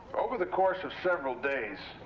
over the course of several days,